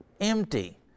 Empty